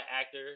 actor